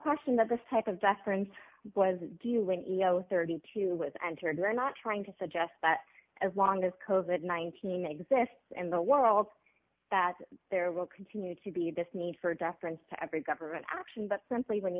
question that this type of deference was dealing e e o thirty two with entered we're not trying to suggest that as long as code that nineteen exists in the world that there will continue to be this need for deference to every government action but frankly when